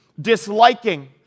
disliking